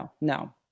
no